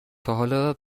تاحالا